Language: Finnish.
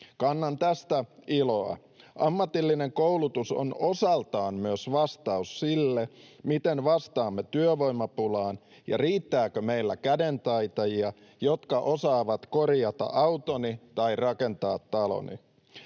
Kannan tästä iloa. Ammatillinen koulutus on osaltaan myös vastaus siihen, miten vastaamme työvoimapulaan ja riittääkö meillä kädentaitajia, jotka osaavat korjata autoni tai rakentaa taloni.